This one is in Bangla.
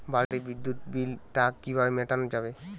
বাড়ির বিদ্যুৎ বিল টা কিভাবে মেটানো যাবে?